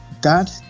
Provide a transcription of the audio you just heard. Dad